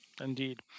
indeed